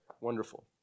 Wonderful